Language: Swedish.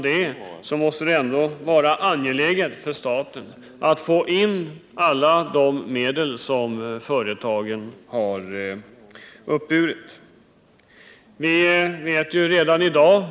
Det måste vidare vara angeläget för staten att få in alla de medel som företagen har uppburit för detta ändamål.